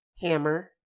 hammer